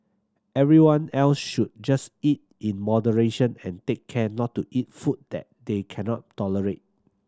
everyone else should just eat in moderation and take care not to eat food that they cannot tolerate